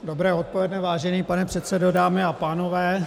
Dobré odpoledne, vážený pane předsedo, dámy a pánové.